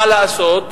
מה לעשות,